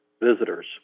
visitors